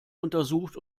untersucht